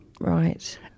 right